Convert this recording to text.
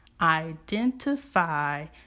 Identify